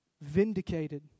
vindicated